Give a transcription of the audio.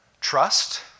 Trust